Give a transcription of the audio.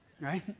right